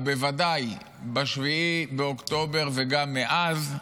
ובוודאי ב-7 באוקטובר וגם מאז,